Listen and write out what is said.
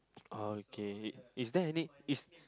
okay is there any is